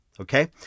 Okay